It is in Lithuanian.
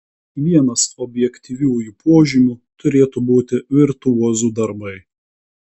vienas objektyviųjų požymių turėtų būti virtuozų darbai